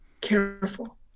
careful